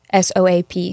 SOAP